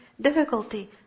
difficulty